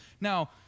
Now